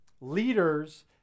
Leaders